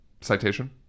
citation